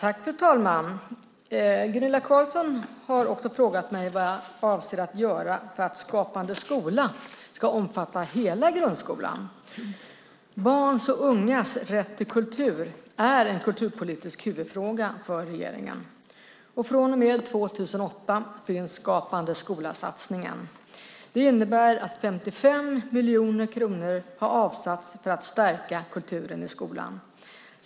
Fru talman! Gunilla Carlsson i Hisings Backa har frågat mig vad jag avser att göra för att Skapande skola ska omfatta hela grundskolan. Barns och ungas rätt till kultur är en kulturpolitisk huvudfråga för regeringen. Från och med 2008 finns Skapande skola-satsningen. Det innebär att 55 miljoner kronor har avsatts för att stärka kulturen i skolan.